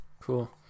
cool